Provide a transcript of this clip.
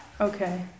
Okay